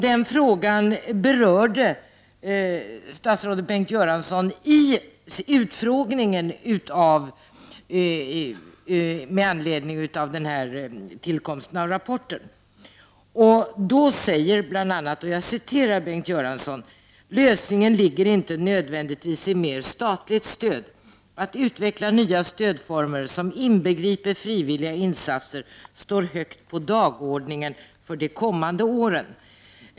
Den frågan berörde statsrådet Bengt Göransson i utfrågningen med anledning av tillkomsten av rapporten. Där säger han bl.a.: Lösningen ligger inte nödvändigtvis i mer statligt stöd. Att utveckla nya stödformer som inbegriper frivilliga insatser står högt på dagordningen för de kommande åren.